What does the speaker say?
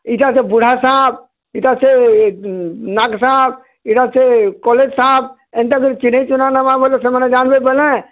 ଇଟା ସେ ବୁଢ଼ା ସାପ୍ ଇଟା ସେ ନାଗ୍ ସାପ୍ ଇଟା ସେ କଲେଜ୍ ସାପ୍ ଏନ୍ତା କରି ଚିହ୍ନେଁଇ ଚୁହ୍ନାଁ ନମାଁ ବେଲେ ସେମାନେ ଜାନ୍ମେଁ ବୋଇଲେ